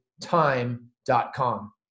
time.com